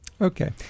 Okay